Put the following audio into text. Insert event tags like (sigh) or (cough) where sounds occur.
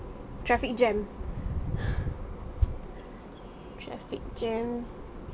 traffic jam (breath) traffic jam